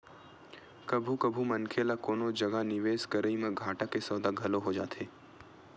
कभू कभू मनखे ल कोनो जगा निवेस करई म घाटा के सौदा घलो हो जाथे